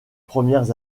premières